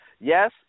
Yes